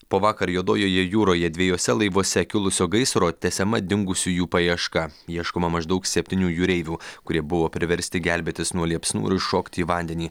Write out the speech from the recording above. po vakar juodojoje jūroje dviejuose laivuose kilusio gaisro tęsiama dingusiųjų paieška ieškoma maždaug septynių jūreivių kurie buvo priversti gelbėtis nuo liepsnų ir šokti į vandenį